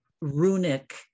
runic